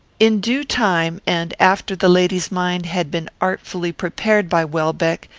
in due time, and after the lady's mind had been artfully prepared by welbeck,